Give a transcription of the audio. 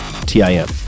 T-I-M